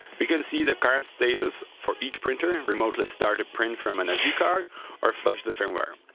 we can see the current status for each printer, and remotely start a print from an sd card or flash the firmware.